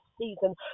season